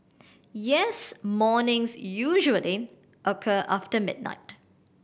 yes mornings usually occur after midnight